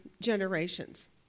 generations